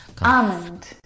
Almond